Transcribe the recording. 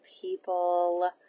people